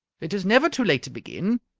it is never too late to begin.